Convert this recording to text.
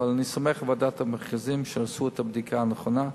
אבל אני סומך על ועדת המכרזים שעשו את הבדיקה הנכונה.